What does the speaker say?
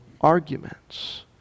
arguments